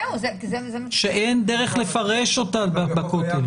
שאין דרך לפרש אותה בכותל.